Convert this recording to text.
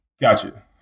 Gotcha